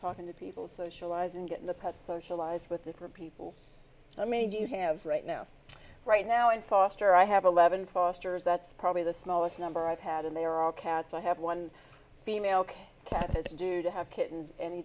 talking to people socialize and get the socialized with different people i mean do you have right now right now in foster i have eleven fosters that's probably the smallest number i've had and they are all cats i have one female cat had to do to have kittens any